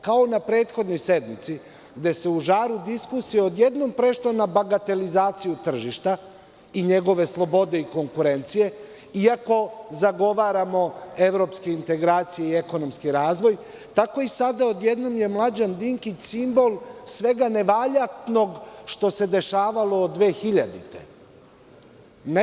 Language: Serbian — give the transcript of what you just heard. Kao na prethodnoj sednici, gde se u žaru diskusije odjednom prešlo na bagatelizaciju tržišta i njegove slobode i konkurencije, iako zagovaramo evropske integracije i ekonomski razvoj, tako i sada odjednom je Mlađan Dinkić simbol svega nevaljanog što se dešavalo od 2000. godine.